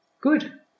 good